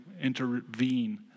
intervene